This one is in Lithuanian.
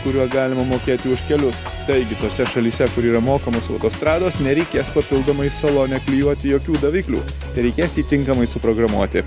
kuriuo galima mokėti už kelius taigi tose šalyse kur yra mokamos autostrados nereikės papildomai salone klijuoti jokių daviklių tereikės jį tinkamai suprogramuoti